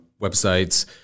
websites